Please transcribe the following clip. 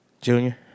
Junior